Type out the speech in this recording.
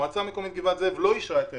המועצה המקומית גבעת זאב לא אישרה את האירוע.